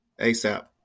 ASAP